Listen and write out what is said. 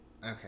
Okay